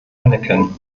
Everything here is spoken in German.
anerkennen